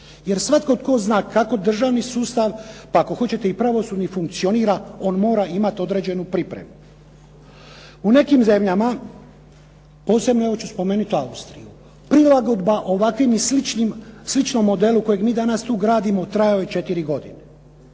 Jer svatko tko zna kako državni sustav, pa ako hoćete i pravosudni funkcionira on mora imati određenu pripremu. U nekim zemalja posebno ja ću spomenuti Austriju, prilagodba ovakvim i sličnom modelu kojeg mi danas tu gradimo trajao je 4 godine.